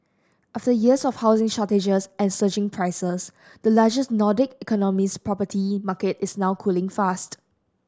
after years of housing shortages and surging prices the largest Nordic economy's property market is now cooling fast